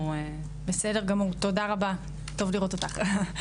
בסדר גמור, תודה רבה, טוב לראות אותך.